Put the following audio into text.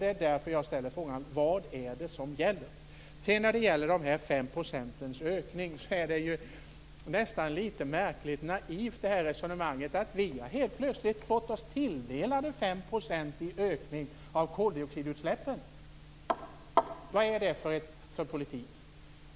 Det är därför jag ställer frågan: Vad är det som gäller? Det här resonemanget att vi helt plötsligt har fått oss tilldelat 5 % ökning av koldioxidutsläppen är nästan märkligt naivt. Vad är det för politik?